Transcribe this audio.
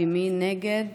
מי נגד?